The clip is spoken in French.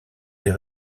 est